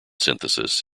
synthesis